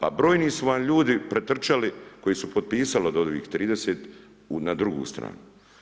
A brojni su vam ljudi pritrčali, koji su potpisali od ovih 30, na drugu stranu.